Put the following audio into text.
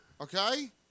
Okay